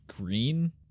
green